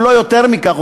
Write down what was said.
אם לא יותר מכך,